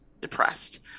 depressed